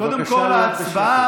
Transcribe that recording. בבקשה להיות בשקט.